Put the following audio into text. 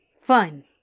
fine